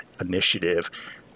Initiative